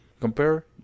compare